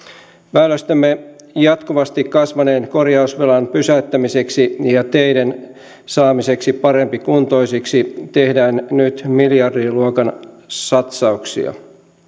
väylistämme jatkuvasti kasvaneen korjausvelan pysäyttämiseksi ja teiden saamiseksi parempikuntoisiksi tehdään nyt miljardiluokan satsauksia